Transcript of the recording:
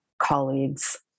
colleagues